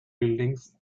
buildings